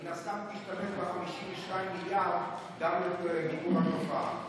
ומן הסתם, תשתמש ב-52 מיליארד גם למיגור התופעה.